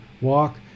walk